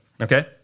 okay